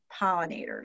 pollinators